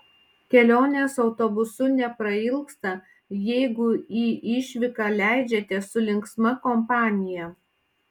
kelionės autobusu neprailgsta jeigu į išvyką leidžiatės su linksma kompanija